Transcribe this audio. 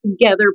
together